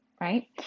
Right